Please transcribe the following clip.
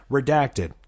Redacted